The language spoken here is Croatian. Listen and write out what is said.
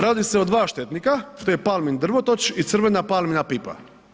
Radi se o dva štetnika, to je palmin drvotoč i crvena palmina pipa.